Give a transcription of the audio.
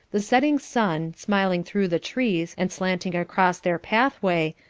the setting sun, smiling through the trees and slanting across their pathway,